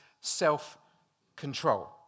self-control